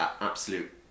absolute